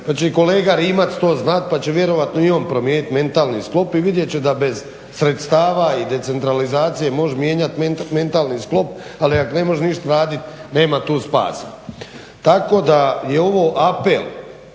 Pa će i kolega Rimac to znati pa će vjerojatno i on promijeniti mentalni sklop i vidjet će da bez sredstava i decentralizacije možeš mijenjati mentalni sklop, ali ako ne možeš ništa raditi nema tu spasa. Tako da je ovo apel